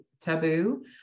taboo